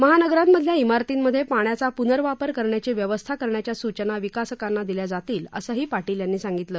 महानगरांमधल्या चेारतींमध्ये पाण्याचा पुनर्वापर करण्याची व्यवस्था करण्याच्या सूचना विकासकांना दिल्या जातील असंही पाींल यांनी सांगितलं